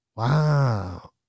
Wow